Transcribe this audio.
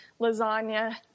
lasagna